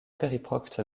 périprocte